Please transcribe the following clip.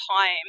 time